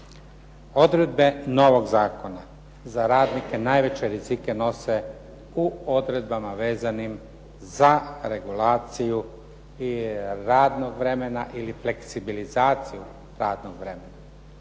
Odredbe novog zakona za radnike najveće rizike nose u odredbama vezanim za regulaciju radnog vremena ili fleksibilizaciju radnog vremena.